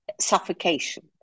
suffocation